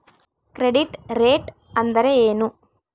Credit rate ಅಂದರೆ ಏನು?